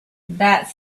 that